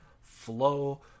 flow